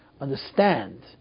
understand